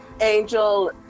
Angel